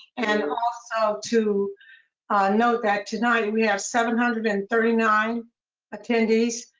and also to note that tonight, we have seven hundred and thirty nine attendees.